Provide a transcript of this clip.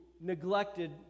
neglected